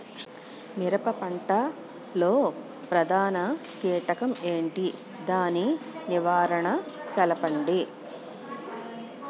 మిరప పంట లో ప్రధాన కీటకం ఏంటి? దాని నివారణ తెలపండి?